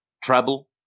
treble